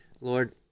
Lord